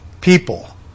people